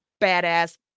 badass